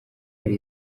hari